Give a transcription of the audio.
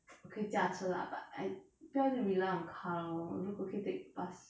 可以驾车 lah but I 不要一直 rely on car lor 如果可以 take bus